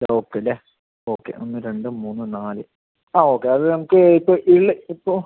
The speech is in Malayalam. ഓക്കെ അല്ലെ ഓക്കെ ഒന്ന് രണ്ട് മൂന്ന് നാല് ആ ഓക്കെ അത് നമുക്ക് ഇതില് ഇപ്പം